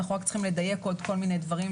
אנחנו רק צריכים לדייק כל מיני דברים,